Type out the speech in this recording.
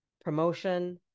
promotion